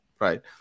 right